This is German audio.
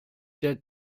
der